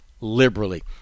liberally